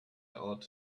ought